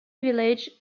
village